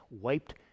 wiped